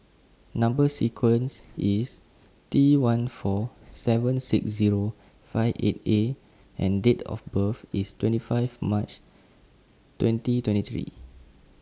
Number sequence IS T one four seven six Zero five eight A and Date of birth IS twenty five March twenty twenty three